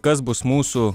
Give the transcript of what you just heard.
kas bus mūsų